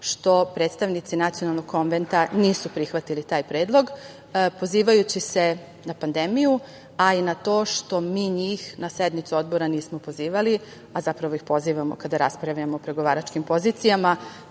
što predstavnici Nacionalnog konventa nisu prihvatili taj predlog, pozivajući se na pandemiju, a i na to što mi njih na sednicu Odbora nismo pozivali, a zapravo ih pozivamo kada raspravljamo o pregovaračkim pozicijama,